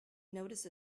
noticed